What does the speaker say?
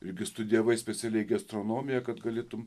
irgi studijavai specialiai gi astronomiją kad galėtum